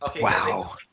Wow